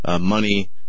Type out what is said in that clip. money